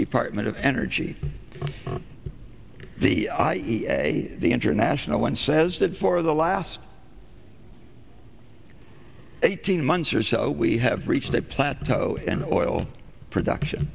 department of energy the i a e a the international one says that for the last eighteen months or so we have reached a plateau and oil production